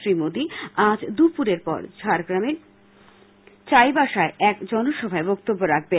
শ্রী মোদী আজ দুপুরের পর ঝাড়খন্ডের চাইবাসায় এক জনসভায় বক্তব্য রাখবেন